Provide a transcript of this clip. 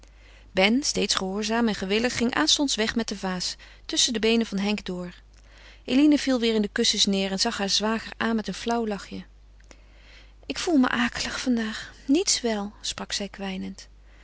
ben steeds gehoorzaam en gewillig ging aanstonds weg met de vaas tusschen de beenen van henk door eline viel weêr in de kussens neêr en zag haar zwager aan met een flauw lachje ik voel me akelig vandaag niets wel sprak zij kwijnend